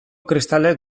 kristalek